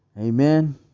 Amen